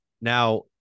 Now